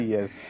Yes